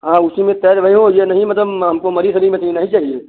हाँ उसी में तैर रही हो ये नहीं मतलब हमको मरी सरी मछली नहीं चाहिए